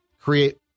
create